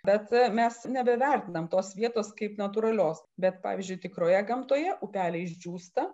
bet mes nebevertinam tos vietos kaip natūralios bet pavyzdžiui tikroje gamtoje upeliai išdžiūsta